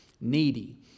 needy